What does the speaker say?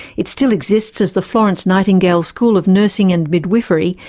it still exists as the florence nightingale school of nursing and midwifery,